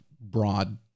broad